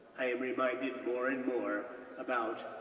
i am reminded more and more about,